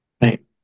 right